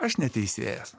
aš ne teisėjas